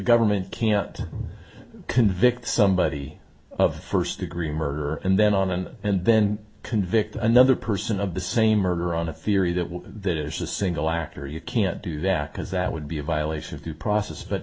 government can't convict somebody of first degree murder and then on and and then convict another person of the same murder on the theory that will that is the single actor you can't do that because that would be a violation of due process but